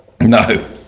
No